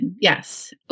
Yes